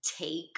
take